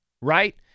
right